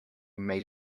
made